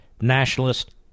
nationalist